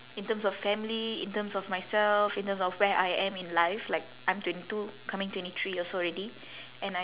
in terms of family in terms of myself in terms of where I am in life like I'm twenty two coming twenty three years old already and I'm